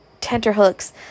tenterhooks